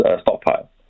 Stockpile